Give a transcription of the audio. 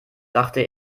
dachte